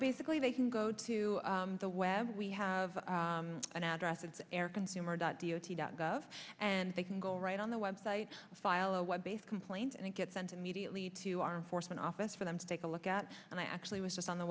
basically they can go to the web we have an address of air consumer dot d o t dot gov and they can go right on the web site file a web based complaint and it gets sent immediately to our force an office for them to take a look at and i actually was just on the